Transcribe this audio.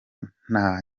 nta